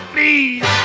Please